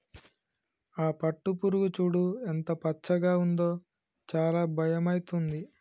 ఆ పట్టుపురుగు చూడు ఎంత పచ్చగా ఉందో చాలా భయమైతుంది